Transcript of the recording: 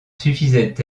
suffisaient